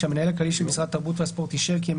שהמנהל הכללי של משרד התרבות והספורט אישר כי הם